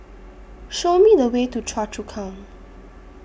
Show Me The Way to Choa Chu Kang